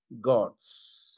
God's